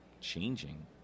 changing